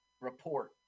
report